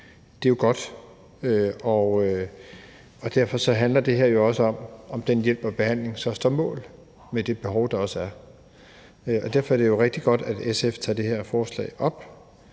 Det er jo godt, og derfor handler det her jo også om, om den hjælp og behandling så står mål med det behov, der også er. Derfor er det jo rigtig godt, at SF tager det her forslag op